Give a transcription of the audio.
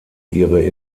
ihre